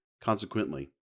consequently